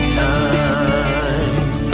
time